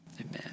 Amen